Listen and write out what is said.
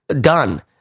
done